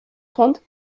trente